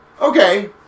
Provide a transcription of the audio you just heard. Okay